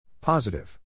Positive